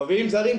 מביאים זרים,